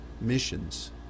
missions